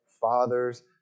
fathers